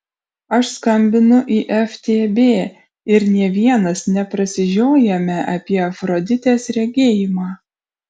aš skambinu į ftb ir nė vienas neprasižiojame apie afroditės regėjimą